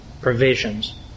provisions